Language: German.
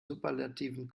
superlativen